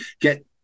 get